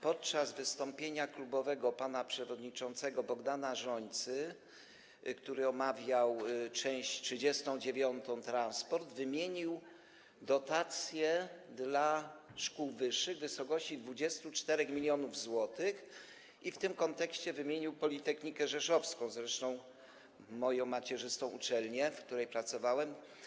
Podczas wystąpienia klubowego pan przewodniczący Bogdan Rzońca, który omawiał część 39: Transport, wymienił dotację dla szkół wyższych w wysokości 24 mln zł i w tym kontekście wymienił Politechnikę Rzeszowską, zresztą moją macierzystą uczelnię, w której pracowałem.